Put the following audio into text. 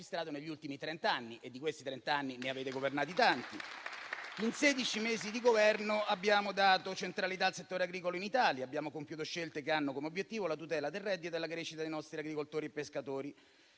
In sedici mesi di Governo abbiamo dato centralità al settore agricolo in Italia, compiendo scelte che hanno come obiettivo la tutela del reddito e la crescita dei nostri agricoltori e pescatori.